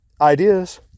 ideas